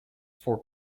for